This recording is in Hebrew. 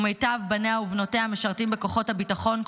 ומיטב בניה ובנותיה משרתים בכוחות הביטחון,